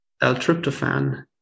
L-tryptophan